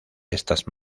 estas